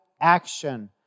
action